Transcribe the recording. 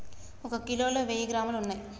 ఒక కిలోలో వెయ్యి గ్రాములు ఉన్నయ్